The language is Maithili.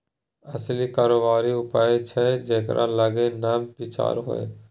असली कारोबारी उएह छै जेकरा लग नब विचार होए